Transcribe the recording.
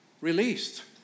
released